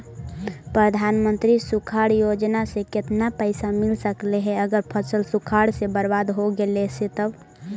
प्रधानमंत्री सुखाड़ योजना से केतना पैसा मिल सकले हे अगर फसल सुखाड़ से बर्बाद हो गेले से तब?